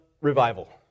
revival